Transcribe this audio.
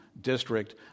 district